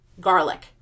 garlic